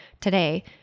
today